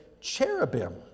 cherubim